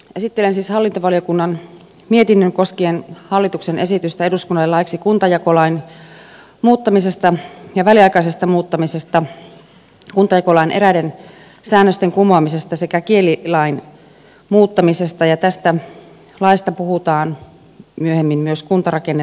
esittelen siis hallintovaliokunnan mietinnön koskien hallituksen esitystä eduskunnalle laiksi kuntajakolain muuttamisesta ja väliaikaisesta muuttamisesta kuntajakolain eräiden säännösten kumoamisesta sekä kielilain muuttamisesta ja tästä laista puhutaan myöhemmin myös kuntarakennelakina